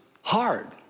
hard